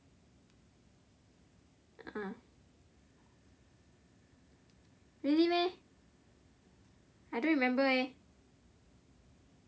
uh really meh I don't remember leh